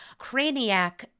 Craniac